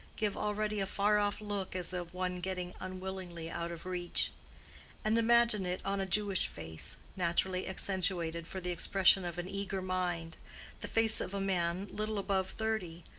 give already a far-off look as of one getting unwillingly out of reach and imagine it on a jewish face naturally accentuated for the expression of an eager mind the face of a man little above thirty,